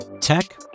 Tech